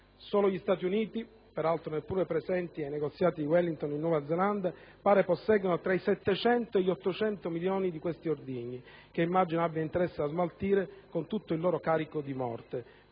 Soltanto gli Stati Uniti, peraltro neppure presenti ai negoziati di Wellington in Nuova Zelanda, pare posseggano tra i 700 e gli 800 milioni dì questi ordigni, che immagino abbiano interesse a smaltire, con tutto il loro carico di morte,